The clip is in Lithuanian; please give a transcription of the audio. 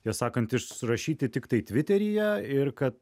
tiesą sakant išrašyti tiktai tviteryje ir kad